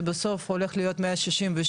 זה בסוף הולך להיות 166,